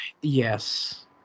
Yes